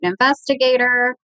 investigator